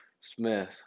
Smith